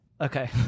Okay